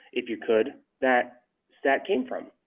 if you could, that stat came from